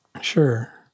Sure